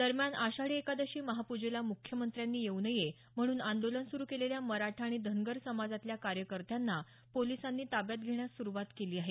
दरम्यान आषाढी एकादशी महापूजेला मुख्यमंत्र्यांनी येऊ नये म्हणून आंदोलन सुरू केलेल्या मराठा आणि धनगर समाजातल्या कार्यकर्त्यांना पोलिसांनी ताब्यात घेण्यास सुरुवात केली आहे